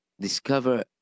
discover